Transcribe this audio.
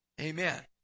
Amen